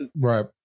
Right